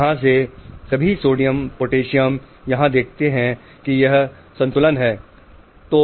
यहां से सभी सोडियम पोटेशियम यहां देखते हैं कि एक संतुलन है